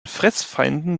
fressfeinden